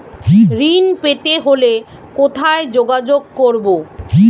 ঋণ পেতে হলে কোথায় যোগাযোগ করব?